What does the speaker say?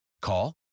Call